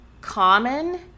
common